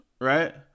Right